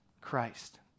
Christ